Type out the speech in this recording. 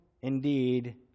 indeed